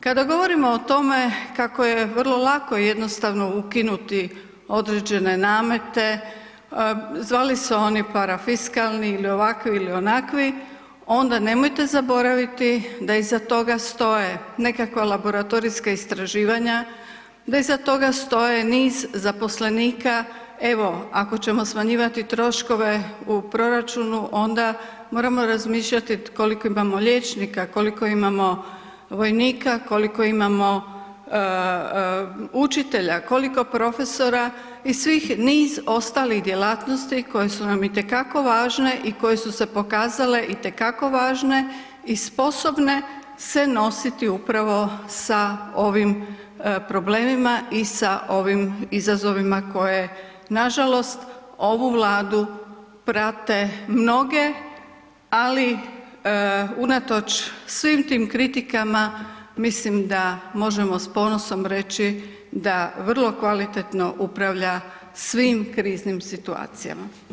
Kada govorimo o tome kako je vrlo lako i jednostavno ukinuti određene namete zvali se oni parafiskalni ili ovakvi ili onakvi onda nemojte zaboraviti da iza toga stoje nekakva laboratorijska istraživanja, da iza toga stoje niz zaposlenika, evo ako ćemo smanjivati troškove u proračunu onda moramo razmišljati koliko imamo liječnika, koliko imamo vojnika, koliko imamo učitelja, koliko profesora i svih niz ostalih djelatnosti koje su nam itekako važne i koje su se pokazale itekako važne i sposobne se nositi upravo sa ovim problemima i sa ovim izazovima koje nažalost ovu Vladu prate mnoge ali unatoč svim tim kritikama mislim da možemo s ponosom reći da vrlo kvalitetno upravlja svim kriznim situacijama.